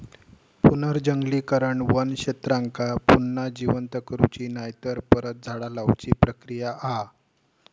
पुनर्जंगलीकरण वन क्षेत्रांका पुन्हा जिवंत करुची नायतर परत झाडा लाऊची प्रक्रिया हा